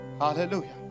Hallelujah